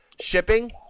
shipping